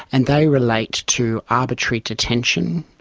and they relate to arbitrary detention,